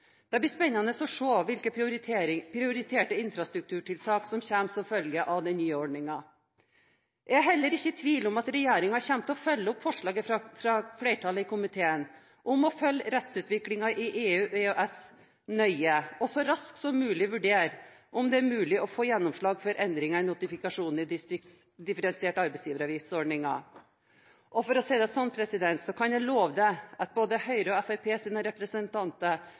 Det blir spennende å se hvilke prioriterte infrastrukturtiltak som kommer som følge av den nye ordningen. Jeg er heller ikke i tvil om at regjeringen kommer til å følge opp forslaget fra flertallet i komiteen om å følge rettsutviklingen i EU/EØS nøye og så raskt som mulig vurdere om det er mulig å få gjennomslag for endringer i notifikasjonen i ordningen med differensiert arbeidsgiveravgift. Både Høyres og Fremskrittspartiets representanter fra nord har hatt et sterkt påtrykk mot regjeringen for å jobbe med dette og